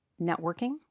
networking